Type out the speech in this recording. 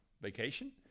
vacation